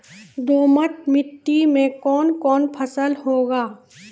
दोमट मिट्टी मे कौन कौन फसल होगा?